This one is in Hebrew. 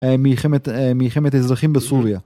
אה.. מלחמת אה.. מלחמת אזרחים בסוריה